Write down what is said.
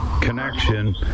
connection